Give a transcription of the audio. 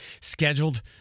scheduled